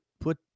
put